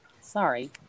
Sorry